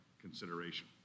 consideration